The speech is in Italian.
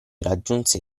raggiunse